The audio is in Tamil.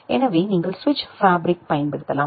எனவே நீங்கள் சுவிட்ச் ஃபேப்ரிக் பயன்படுத்தலாம்